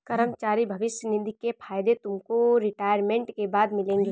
कर्मचारी भविष्य निधि के फायदे तुमको रिटायरमेंट के बाद मिलेंगे